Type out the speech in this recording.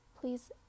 please